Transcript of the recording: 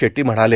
शेट्टी म्हणाले